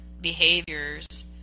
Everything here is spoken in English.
behaviors